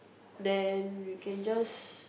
then we can just